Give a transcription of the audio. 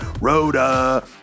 Rhoda